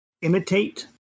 imitate